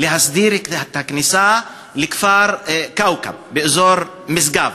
להסדיר את הכניסה לכפר כאוכב באזור משגב,